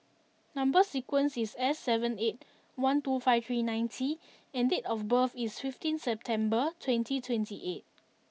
number sequence is S seven eight one two five three nine T and date of birth is fifteen September twenty twenty eight